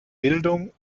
bildung